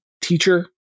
teacher